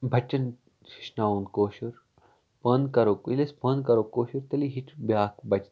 بَچن ہیٚچھناوُن کٲشُر پانہٕ کرو ییٚلہِ أسۍ پانہٕ کرو کٲشُر تیٚلی ہیٚچھِ بیاکھ بَچہٕ تہِ کٲشُر